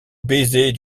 baisers